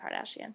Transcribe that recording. Kardashian